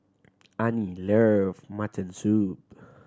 Anie love mutton soup